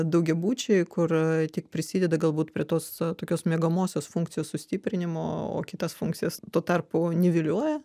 daugiabučiai kur tik prisideda galbūt prie tos tokios miegamosios funkcijos sustiprinimo o kitas funkcijas tuo tarpu nevilioja